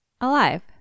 Alive